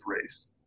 race